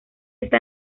está